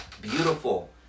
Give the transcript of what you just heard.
beautiful